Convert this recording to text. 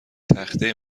تخته